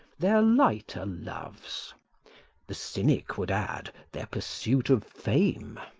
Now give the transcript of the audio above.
their lighter loves the cynic would add their pursuit of fame.